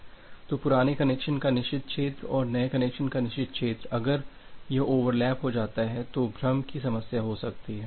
तो पुराने कनेक्शन का निषिद्ध क्षेत्र और नए कनेक्शन का निषिद्ध क्षेत्र अगर यह ओवरलैप हो जाता है तो भ्रम की समस्या हो सकती है